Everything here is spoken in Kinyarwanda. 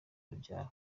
urubyaro